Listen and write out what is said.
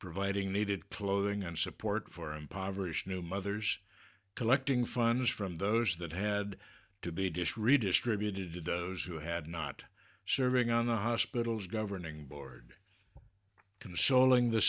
providing needed clothing and support for impoverished new mothers collecting funds from those that had to be dished redistributed to those who had not serving on the hospital's governing board consoling the